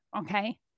Okay